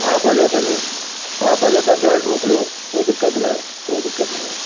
हा भले भले हा भले तव्हां जेन्स मोकिलियो कोई दिक़तु न आहे कोई दिक़तु न आहे